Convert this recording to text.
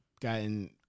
gotten